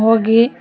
ಹೋಗಿ